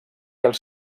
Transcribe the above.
els